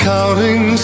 Counting